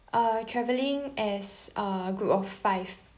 uh travelling as uh group of five